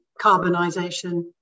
carbonisation